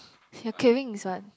your craving this one